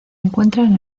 encuentran